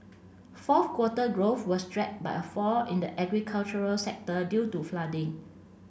fourth quarter growth was dragged by a fall in the agricultural sector due to flooding